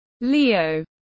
Leo